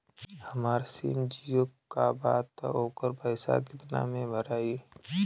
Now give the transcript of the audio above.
हमार सिम जीओ का बा त ओकर पैसा कितना मे भराई?